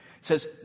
says